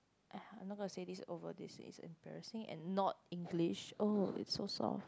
!aiya! I'm not gonna say this over this it is embarrassing and not English oh it's so soft